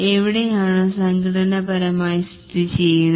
എവിടെയാണ് സംഘടനാപരമായി സ്ഥിതി ചെയ്യുന്നത്